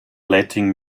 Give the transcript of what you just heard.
letting